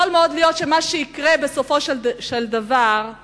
יכול מאוד להיות שמה שיקרה בסופו של דבר הוא